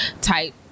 Type